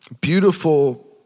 beautiful